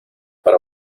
para